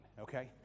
okay